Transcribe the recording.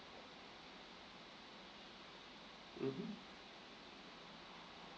mmhmm